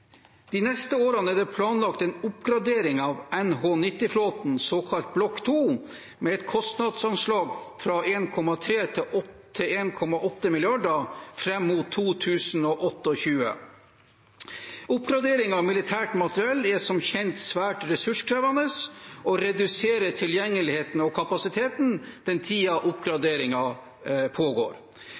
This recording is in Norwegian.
De neste årene er det planlagt en oppgradering av NH90-flåten, Block 2, med et kostnadsanslag på 1,3–1,8 mrd. kr fram mot 2028. Oppgradering av militært materiell er som kjent svært ressurskrevende, og reduserer tilgjengeligheten og kapasiteten. Hvor lenge vil Block 2-oppgraderingen pågå, og hvordan vil den